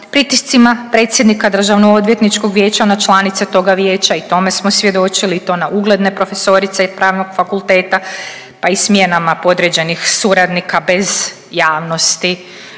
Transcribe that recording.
pritiscima predsjednika Državno odvjetničkog vijeća na članice toga vijeća i tome smo svjedočili i to na ugledne profesorice Pravnog fakulteta pa i smjenama podređenih suradnika bez javnosti